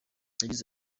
yagize